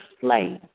slave